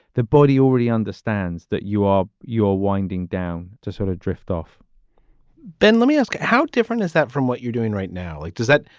the body already understands that you are you are winding down to sort of drift off ben, let me ask, how different is that from what you're doing right now? it does that.